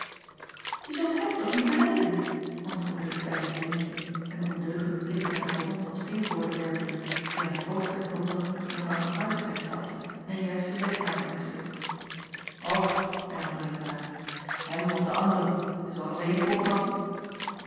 e zult hem toch niet benijden antwoordde het acob van ennep laasje evenster delen kleine brunetje een ondeugenden blik naar den aron van teenvoorde werpende die aan t hoofd der kolonne met w van ardestein stapte en juist de zijkamer insloeg ch hernam renkelaer hem of de anderen t is alles één pot nat